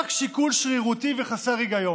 רק שיקול שרירותי וחסר היגיון.